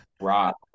rock